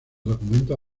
documentos